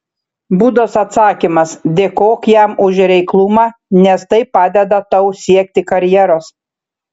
budos atsakymas dėkok jam už reiklumą nes tai padeda tau siekti karjeros